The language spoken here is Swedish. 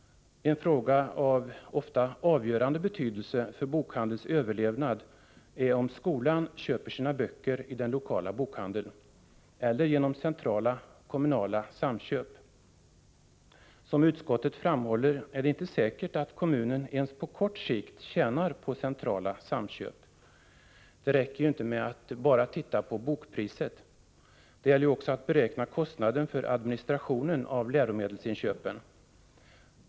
En fråga av ofta avgörande betydelse för bokhandelns överlevnad är om skolan köper sina böcker i den lokala bokhandeln eller genom centrala kommunala samköp. Som utskottet framhåller, är det inte säkert att kommunen ens på kort sikt tjänar på centrala samköp. Det räcker inte med att bara titta på bokpriset, utan det gäller också att beräkna kostnaden för administrationen av läromedelsinköpen.